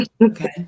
okay